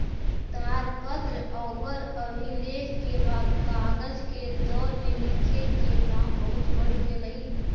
ताड़पत्र औउर अभिलेख के बाद कागज के दौर में लिखे के काम बहुत बढ़ गेलई